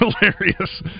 hilarious